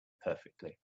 perfectly